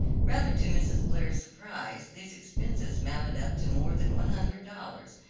rather to mrs. blair's surprise these expenses mounted up to more than one hundred dollars,